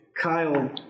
Kyle